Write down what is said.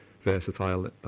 versatile